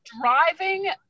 driving